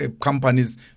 companies